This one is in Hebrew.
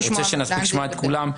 אני רוצה שנספיק לשמוע את כולם.